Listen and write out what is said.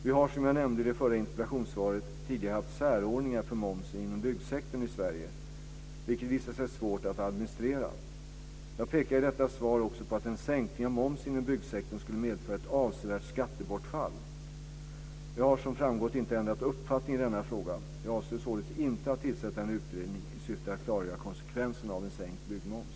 Vi har, som jag nämnde i det förra interpellationssvaret, tidigare haft särordningar för momsen inom byggsektorn i Sverige vilka visat sig svåra att administrera. Jag pekade i detta svar också på att en sänkning av momsen inom byggsektorn skulle medföra ett avsevärt skattebortfall. Jag har som framgått inte ändrat uppfattning i denna fråga. Jag avser således inte att tillsätta en utredning i syfte att klargöra konsekvenserna av en sänkt byggmoms.